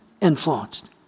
influenced